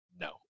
No